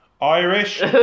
Irish